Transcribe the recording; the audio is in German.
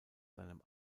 seinem